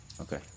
Okay